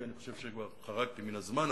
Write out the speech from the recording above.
כי אני חושב שכבר חרגתי מן הזמן אפילו,